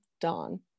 Dawn